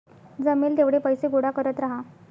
जमेल तेवढे पैसे गोळा करत राहा